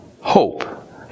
hope